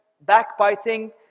backbiting